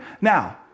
Now